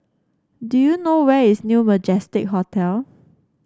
do you know where is New Majestic Hotel